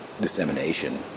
dissemination